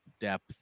depth